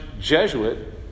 Jesuit